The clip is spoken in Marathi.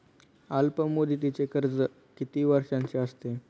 अल्पमुदतीचे कर्ज किती वर्षांचे असते?